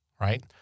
right